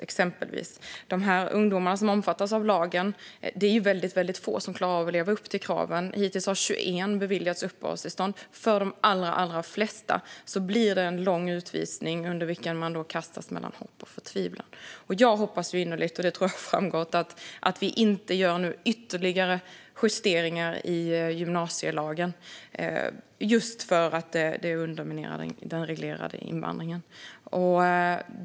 Det är väldigt få av ungdomarna som omfattas av lagen som klarar av att leva upp till kraven. Hittills har 21 beviljats uppehållstillstånd. För de allra flesta blir det en lång utvisning under vilken man kastas mellan hopp och förtvivlan. Jag hoppas innerligt, och det tror jag har framgått, att vi nu inte ska göra ytterligare justeringar i gymnasielagen just för att det underminerar den reglerade invandringen.